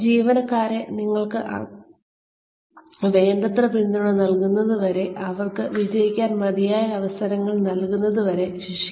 ജീവനക്കാരെ നിങ്ങൾ അവർക്ക് വേണ്ടത്ര പിന്തുണ നൽകുന്നതുവരെ അവർക്ക് വിജയിക്കാൻ മതിയായ അവസരങ്ങൾ നൽകുന്നതുവരെ ശിക്ഷിക്കരുത്